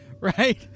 right